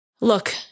Look